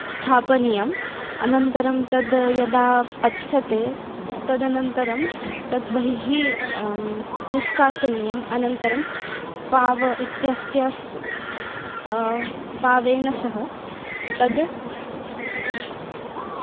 स्थापनीयम् अनन्तरं तद् यदा पच्यते तदनन्तरं तद् बहिः निष्कासनीयम् अनन्तरं पाव इत्यस्य स पावेन सह तद्